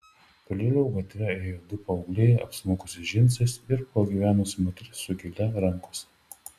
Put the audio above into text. tolėliau gatve ėjo du paaugliai apsmukusiais džinsais ir pagyvenusi moteris su gėle rankose